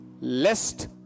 lest